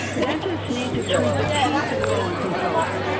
dentists need to treat the teeth of low income folks,